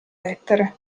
lettere